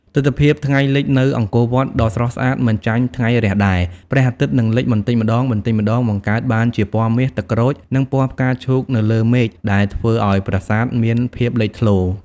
ទិដ្ឋភាពថ្ងៃលិចនៅអង្គរវត្តក៏ស្រស់ស្អាតមិនចាញ់ថ្ងៃរះដែរ។ ព្រះអាទិត្យនឹងលិចបន្តិចម្តងៗ បង្កើតបានជាពណ៌មាស ទឹកក្រូច និងពណ៌ផ្កាឈូកនៅលើមេឃ ដែលធ្វើឲ្យប្រាសាទមានភាពលេចធ្លោ។